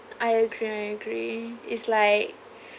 I agree I agree is like